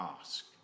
ask